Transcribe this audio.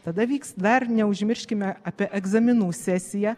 tada vyks dar neužmirškime apie egzaminų sesiją